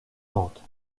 ventes